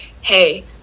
hey